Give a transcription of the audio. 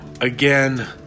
Again